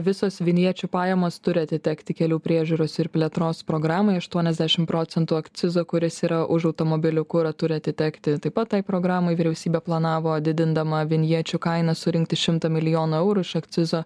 visos vinjiečių pajamos turi atitekti kelių priežiūros ir plėtros programai aštuoniasdešim procentų akcizo kuris yra už automobilių kurą turi atitekti taip pat tai programai vyriausybė planavo didindama vinjiečių kainą surinkti šimtą milijonų eurų iš akcizo